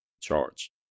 charge